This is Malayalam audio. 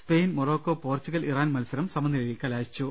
സ്പെയിൻ മൊറോക്കോ പോർച്ചുഗൽ ഇറാൻ മത്സരം സമനിലയിൽ കലാശിച്ചു